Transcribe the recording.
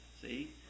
See